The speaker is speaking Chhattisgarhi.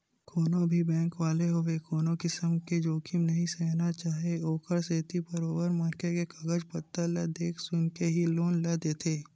कोनो भी बेंक वाले होवय कोनो किसम के जोखिम नइ सहना चाहय ओखरे सेती बरोबर मनखे के कागज पतर ल देख सुनके ही लोन ल देथे